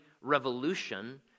revolution